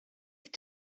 have